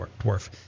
dwarf